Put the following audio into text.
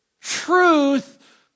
truth